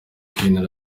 queen